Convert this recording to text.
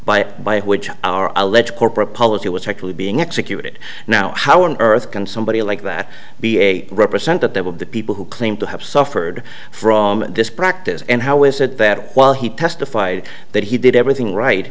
by by which our alleged corporate policy was actually being executed now how on earth can somebody like that be a representative of the people who claim to have suffered from this practice and how is it that while he testified that he did everything right